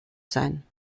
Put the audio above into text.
sein